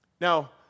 Now